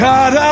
God